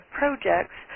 projects